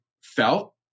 felt